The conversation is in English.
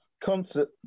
concert